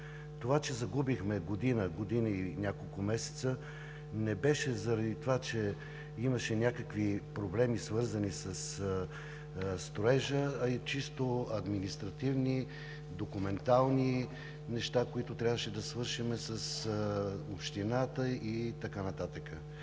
Това, че загубихме година – година и няколко месеца не беше заради това, че имаше някакви проблеми, свързани със строежа, а и чисто административни, документални неща, които трябваше да свършим с Общината и така нататък.